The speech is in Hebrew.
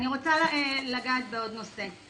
אני רוצה לגעת בעוד נושא.